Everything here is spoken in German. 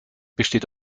besteht